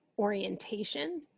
orientation